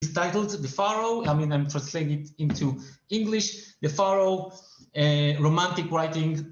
הוא נקרא The Pharaoh, אני אתרגם זאת לאנגלית The Pharaoh, כתיבה רומנטית